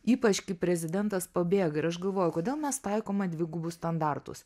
ypač kai prezidentas pabėga ir aš galvoju kodėl mes taikoma dvigubus standartus